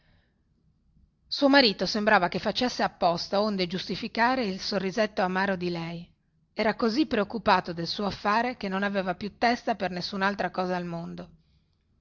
suo marito sembrava che facesse apposta onde giustificare il sorrisetto amaro di lei era così preoccupato del suo affare che non aveva più testa per nessunaltra cosa al mondo